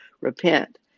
repent